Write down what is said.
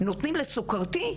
נותנים לסוכרתי,